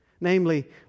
Namely